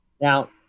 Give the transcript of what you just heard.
Now